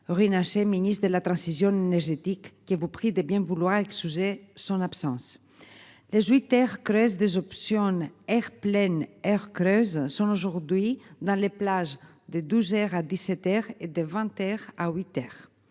Runacher ministre de la transfusion. Qui vous prie de bien vouloir excuser son absence. Les heures creuses des options Air pleines heures creuses sont aujourd'hui dans les plages de 12h à 17h et de 20h à 8h.